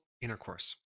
intercourse